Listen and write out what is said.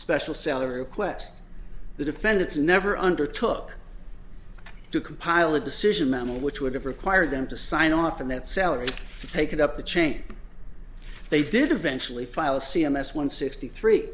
special salary request the defendants never undertook to compile a decision memo which would have required them to sign off on that salary take it up the chain they did eventually file a c m s one sixty three